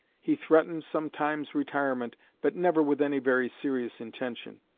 he threatened sometimes retirement, but never with any very serious intention.